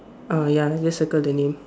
uh ya just circle the name